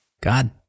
God